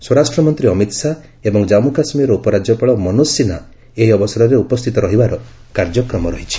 ସ୍ୱରାଷ୍ଟ୍ରମନ୍ତ୍ରୀ ଅମିତ୍ ଶାହା ଏବଂ ଜାମ୍ମୁ କାଶ୍ମୀର୍ର ଉପରାଜ୍ୟପାଳ ମନୋଚ୍ଚ ସିହ୍ନା ଏହି ଅବସରରେ ଉପସ୍ଥିତ ରହିବାର କାର୍ଯ୍ୟକ୍ରମ ରହିଛି